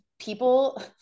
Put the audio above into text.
people